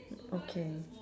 okay